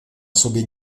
sobě